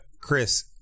Chris